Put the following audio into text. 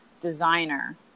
designer